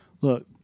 look